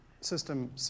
system